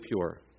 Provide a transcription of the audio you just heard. pure